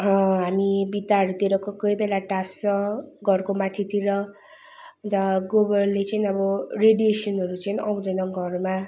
हामी भित्ताहरूतिर कोही कोही बेला टाँस्छ घरको माथितिर अन्त गोबरले चाहिँ अब रेडिएसनहरू चाहिँ आउँदैन घरमा